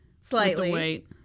slightly